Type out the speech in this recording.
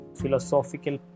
philosophical